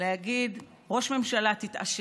להגיד: ראש הממשלה, תתעשת.